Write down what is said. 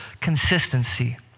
consistency